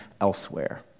elsewhere